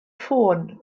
ffôn